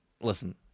listen